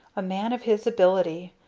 a man of his ability.